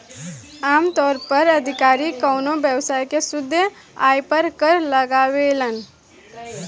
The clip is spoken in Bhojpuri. आमतौर पर अधिकारी कवनो व्यवसाय के शुद्ध आय पर कर लगावेलन